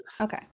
okay